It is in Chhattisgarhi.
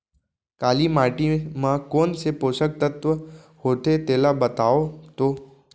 काली माटी म कोन से पोसक तत्व होथे तेला बताओ तो?